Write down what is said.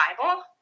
Bible